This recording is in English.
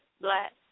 Black